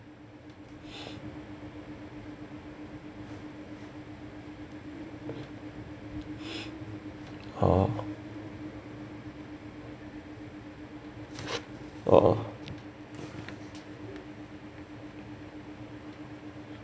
oh oh